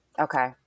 Okay